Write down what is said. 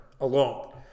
alone